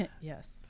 yes